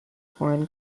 foreign